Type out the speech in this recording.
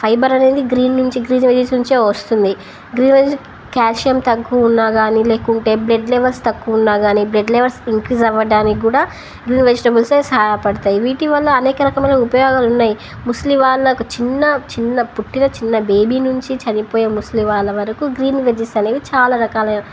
fibre అనేది green నుంచి green veggies నుంచే వస్తుంది గ్రీన్ వెజి క్యాల్షియం తక్కువ ఉన్నా గాని లేకుంటే బ్లడ్ లెవెల్స్ తక్కువ ఉన్నా గాని బ్లడ్ లెవెస్ ఇంక్రీస్ అవ్వడానికి కూడా గ్రీన్ వెజిటబుల్సే సహయపడతాయి వీటి వల్ల అనేక రకాలైన ఉపయోగాలు ఉన్నాయి ముసలి వాళ్ళ చిన్న చిన్న పుట్టిన చిన్న బేబీ నుంచి చనిపోయా ముసలి వాళ్ళ వరకు గ్రీన్ వెజెస్ అనేవి చాలా రకాలైన